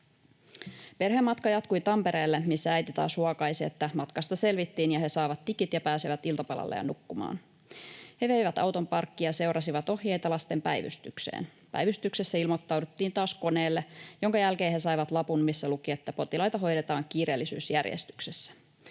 Perheen matka jatkui Tampereelle, missä äiti taas huokaisi, että matkasta selvittiin ja he saavat tikit ja pääsevät iltapalalle ja nukkumaan. He veivät auton parkkiin ja seurasivat ohjeita lasten päivystykseen. Päivystyksessä ilmoittauduttiin taas koneelle, minkä jälkeen he saivat lapun, missä luki, että potilaita hoidetaan kiireellisyysjärjestyksessä.